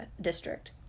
district